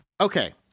Okay